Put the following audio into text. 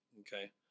Okay